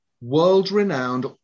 world-renowned